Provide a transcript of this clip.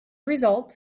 result